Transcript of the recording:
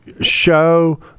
show